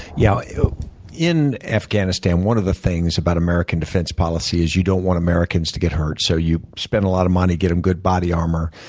yeah ah in afghanistan, one of the things about american defense policy is you don't want americans to get hurt, so you spend a lot of money, get them good body armor.